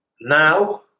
now